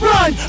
Run